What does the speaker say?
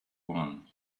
won